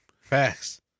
Facts